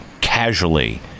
casually